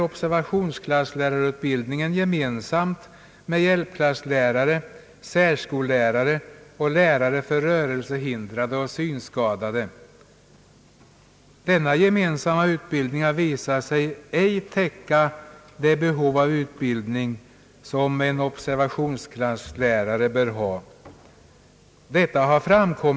Observationsklasslärarutbildningen är för närvarande gemensam med utbildningen av hjälpklasslärare, särskollärare och lärare för rörelsehindrade och synskadade. Denna gemensamma utbildning har visat sig ej täcka det behov av utbildning som observationsklasslärare har.